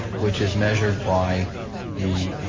which is measured by the,